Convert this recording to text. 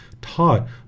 taught